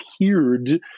appeared